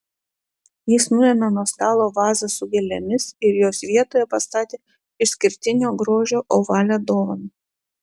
jis nuėmė nuo stalo vazą su gėlėmis ir jos vietoje pastatė išskirtinio grožio ovalią dovaną